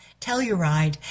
Telluride